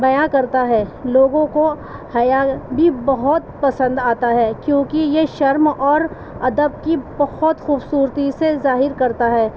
بیاں کرتا ہے لوگوں کو حیا بھی بہت پسند آتا ہے کیونکہ یہ شرم اور ادب کی بہت خوبصورتی سے ظاہر کرتا ہے